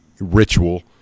ritual